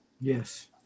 Yes